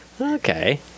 okay